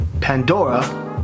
Pandora